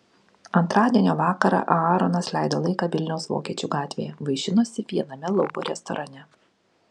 antradienio vakarą aaronas leido laiką vilniaus vokiečių gatvėje vaišinosi viename lauko restorane